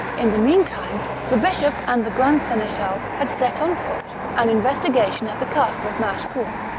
in the mean time, the bishop and the grand-seneschal had set on foot an investigation at the castle of machecoul,